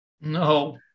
No